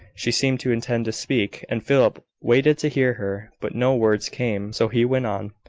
she seemed to intend to speak, and philip waited to hear her but no words came, so he went on.